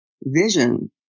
vision